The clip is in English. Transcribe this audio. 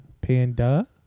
Panda